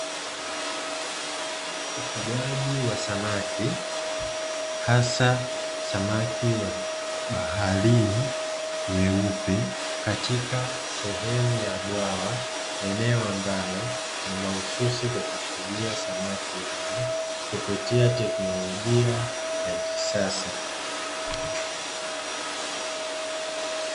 Ufugaji wa samaki hasa samaki wa baharini weupe, katika sehemu ya bwawa eneo ambalo ni mahususi kwa kufigia samaki hao kupitia teknolojia ya kisasa.